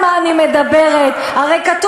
מה את מדברת על אברהם אבינו,